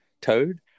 Toad